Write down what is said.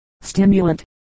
stimulant